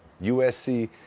USC